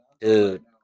Dude